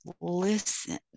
listen